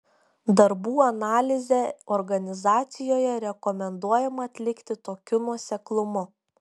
darbų analizę organizacijoje rekomenduojama atlikti tokiu nuoseklumu